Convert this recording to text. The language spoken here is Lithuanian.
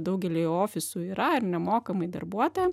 daugelyje ofisų yra ir nemokamai darbuotojam